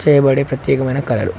చేయబడే ప్రత్యేకమైన కళలు